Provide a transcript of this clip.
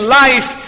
life